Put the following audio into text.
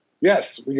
Yes